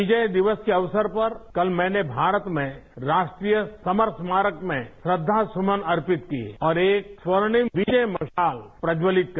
विजय दिवस के अवसर पर कल मैंने भारत में राष्ट्रीय समर स्मारिक में श्रद्धासुमन अर्पित किए और एक स्वर्णिम विजय मशाल प्रज्ज्वलित की